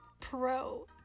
Pro